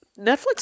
Netflix